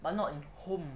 but not in home